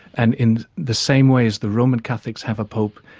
and in the same way as the roman catholics have a pope,